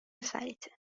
سلیطه